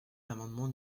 l’amendement